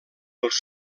els